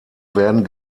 werden